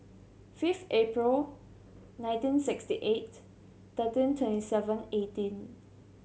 fifth April nineteen sixty eight thirteen twenty seven eighteen